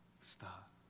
stop